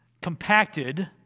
Compacted